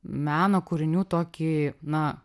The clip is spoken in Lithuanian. meno kūrinių tokį na